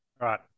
Right